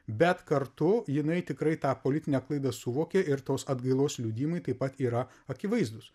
bet kartu jinai tikrai tą politinę klaidą suvokė ir tos atgailos liudijimai taip pat yra akivaizdūs